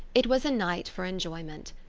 it was a night for enjoyment.